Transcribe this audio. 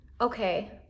okay